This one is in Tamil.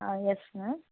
ஆ யெஸ்ங்க